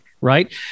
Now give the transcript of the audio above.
right